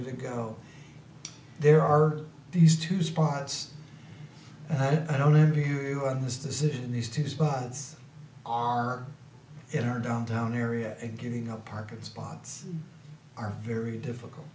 you go there are these two spots i don't leave you on this decision these two spots are in our downtown area and getting a parking spots are very difficult